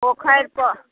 पोखरि पर